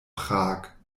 prag